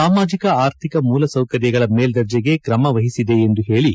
ಸಾಮಾಜಿಕ ಆರ್ಥಿಕ ಮೂಲ ಸೌಕರ್ಯಗಳ ಮೇಲ್ವರ್ಜೆಗೆ ಕ್ರಮ ವಹಿಸಿದೆ ಎಂದು ಹೇಳಿ